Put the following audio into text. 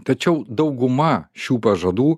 tačiau dauguma šių pažadų